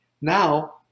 now